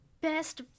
Best